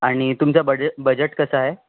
आणि तुमचं बजे बजेट कसं आहे